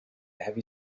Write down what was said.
heavy